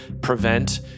prevent